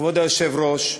כבוד היושב-ראש,